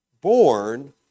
Born